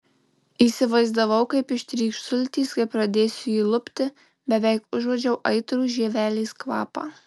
įsivaizdavau kaip ištrykš sultys kai pradėsiu jį lupti beveik užuodžiau aitrų žievelės kvapą